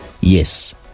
yes